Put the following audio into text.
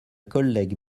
collègue